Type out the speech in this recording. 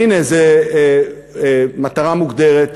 והנה, זו מטרה מוגדרת,